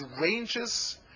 ranges